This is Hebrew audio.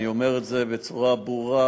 אני אומר את זה בצורה ברורה